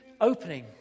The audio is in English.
Opening